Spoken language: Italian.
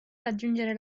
raggiungere